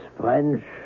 French